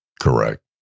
Correct